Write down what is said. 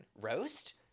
roast